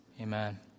Amen